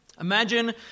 Imagine